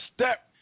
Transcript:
step